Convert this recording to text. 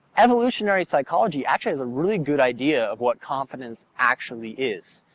evolutionary psychology actually has a really good idea of what confidence actually is.